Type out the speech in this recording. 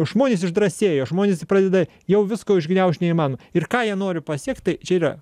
žmonės išdrąsėja žmonės pradeda jau visko užgniaužt neįman ir ką jie nori pasiekt tai čia yra